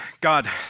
God